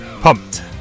Pumped